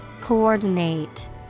Coordinate